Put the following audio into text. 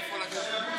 מאיפה לקחת את זה?